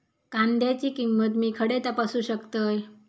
कांद्याची किंमत मी खडे तपासू शकतय?